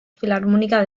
filarmónica